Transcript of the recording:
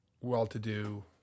well-to-do